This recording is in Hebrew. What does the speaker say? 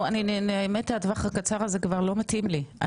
האמת הטווח הקצר הזה כבר לא מתאים לי.